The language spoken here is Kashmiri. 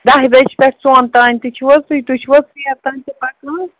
دَہہِ بَجہِ پٮ۪ٹھ ژۄن تام تہِ چھُو حظ تُہۍ تُہۍ چھُوحظ ژیر تام تہِ پکان